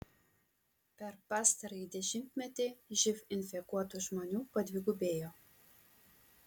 per pastarąjį dešimtmetį živ infekuotų žmonių padvigubėjo